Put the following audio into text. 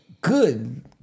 Good